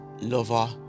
lover